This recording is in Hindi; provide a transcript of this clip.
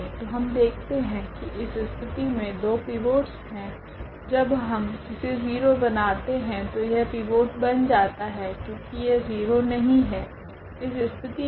तो हम देखते है की इस स्थिति मे 2 पिवोट्स है जब हम इसे 0 बनाते है तो यह पिवोट बन जाता है क्योकि यह 0 नहीं है इस स्थिति मे